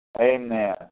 Amen